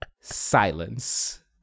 silence